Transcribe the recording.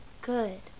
good